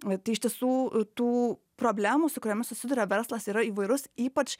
tai iš tiesų tų problemų su kuriomis susiduria verslas yra įvairus ypač